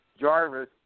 Jarvis